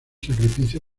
sacrificio